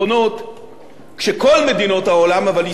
כשכל מדינות העולם, אבל ישראל בתוכן,